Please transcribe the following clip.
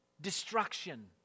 destruction